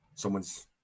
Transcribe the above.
someone's